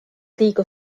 liiga